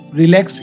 relax